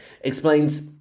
explains